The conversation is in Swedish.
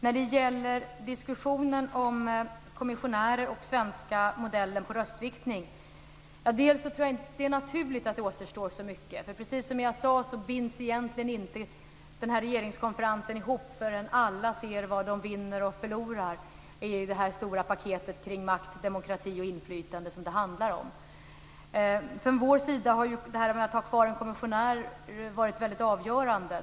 När det gäller diskussionen om kommissionärer och den svenska modellen för röstviktning är det naturligt att det återstår så mycket. Som jag sade binds inte regeringskonferensen ihop förrän alla ser vad de vinner och förlorar i det stora paket kring makt, demokrati och inflytande som det handlar om. Från vår sida har frågan om att ha kvar en kommissionär varit avgörande.